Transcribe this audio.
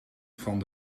van